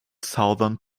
southern